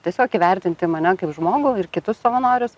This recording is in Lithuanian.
tiesiog įvertinti mane kaip žmogų ir kitus savanorius